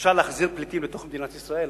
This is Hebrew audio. אפשר להחזיר פליטים לתוך מדינת ישראל.